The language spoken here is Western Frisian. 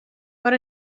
foar